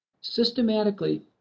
systematically